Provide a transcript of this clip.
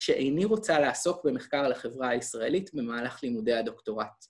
שאיני רוצה לעסוק במחקר על החברה הישראלית במהלך לימודי הדוקטורט.